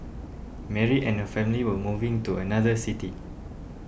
Mary and her family were moving to another city